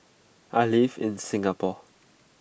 I live in Singapore